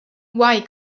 why